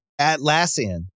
Atlassian